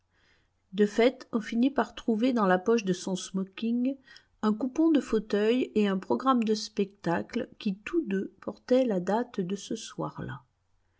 de fait on finit par trouver dans la poche de son smoking un coupon de fauteuil et un programme de spectacle qui tous deux portaient la date de ce soir-là